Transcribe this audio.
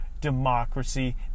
democracy